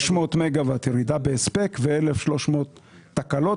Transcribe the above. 600 מגה-ואט ירידה בהספק, ו-1,300 תקלות.